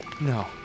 No